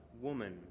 woman